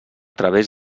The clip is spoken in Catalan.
través